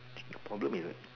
think problem is that